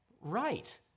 Right